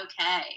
okay